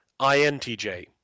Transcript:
INTJ